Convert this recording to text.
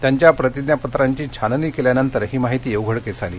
त्यांच्या प्रतिज्ञापत्रांची छाननी केल्यानंतर ही माहिती उघडकीस आली